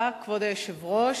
כבוד היושב-ראש,